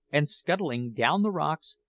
and scuttling down the rocks,